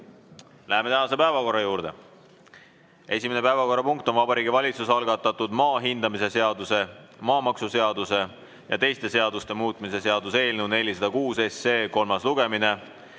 läheme tänase päevakorra juurde. Esimene päevakorrapunkt on Vabariigi Valitsuse algatatud maa hindamise seaduse, maamaksuseaduse ja teiste seaduste muutmise seaduse eelnõu 406 kolmas lugemine.